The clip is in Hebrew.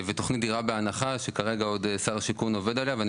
ותוכנית דירה בהנחה שכרגע עוד שר השיכון עובד עליה ואני